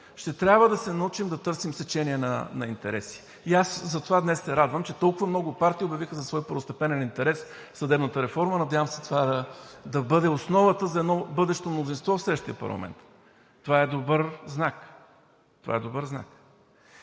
Ще трябва да се научим да търсим сечение на интереси и аз затова днес се радвам, че толкова много партии обявиха за свой първостепенен интерес съдебната реформа. Надявам се това да бъде основата за едно бъдещо мнозинство в следващия парламент. Това е добър знак, това е добър знак.